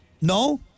No